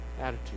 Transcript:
attitude